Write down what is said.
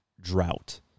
drought